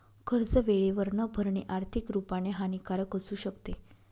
कर्ज वेळेवर न भरणे, आर्थिक रुपाने हानिकारक असू शकते